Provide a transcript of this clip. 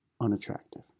unattractive